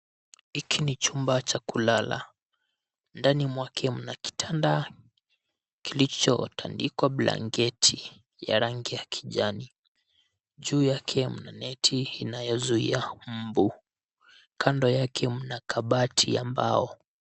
Hiki ni chumba cha kulala. Ndani mwake mna kitanda kilichotandikwa blanketi ya rangi ya kijani. Juu yake mna neti inayozuia mbu. Kando yake kuna kabati ya mbao.